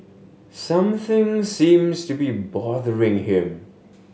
something seems to be bothering him